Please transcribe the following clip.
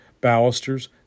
balusters